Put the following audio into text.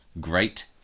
great